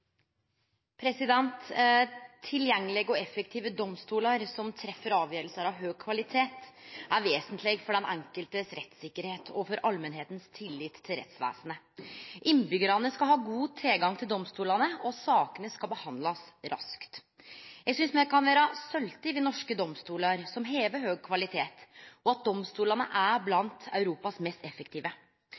for allmenta sin tillit til rettsvesenet. Innbyggjarane skal ha god tilgang til domstolane, og sakene skal behandlast raskt. Eg synest me kan vere stolte over at norske domstolar har høg kvalitet, og at dei er blant dei mest effektive